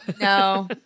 No